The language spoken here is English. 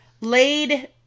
laid